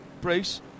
Bruce